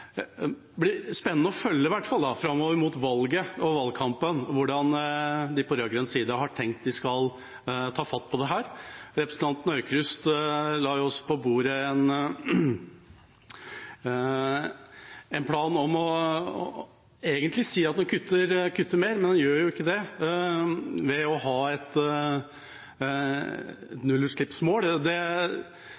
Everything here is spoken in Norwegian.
blir spennende, framover mot valget og valgkampen, å følge hvordan de på rød-grønn side har tenkt de skal ta fatt på dette. Representanten Aukrust la på bordet en plan om egentlig å si at man kutter mer, men man gjør ikke det, ved å ha et